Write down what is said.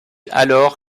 alors